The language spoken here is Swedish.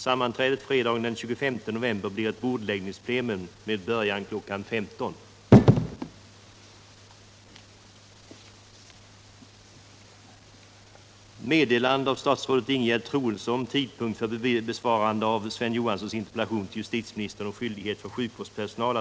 Sammanträdet fredagen den 25 november blir ett bordläggningsplenum med början kl. 15.00.